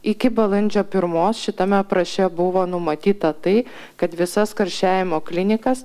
iki balandžio pirmos šitame apraše buvo numatyta tai kad visas karščiavimo klinikas